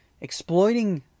exploiting